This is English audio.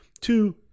two